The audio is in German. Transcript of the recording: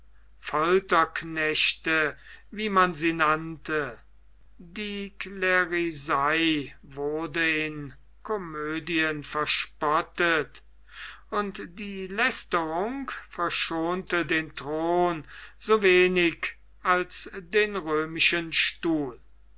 folterknechte wie man sie nannte die klerisei wurde in komödien verspottet und die lästerung verschonte den thron so wenig als den römischen stuhl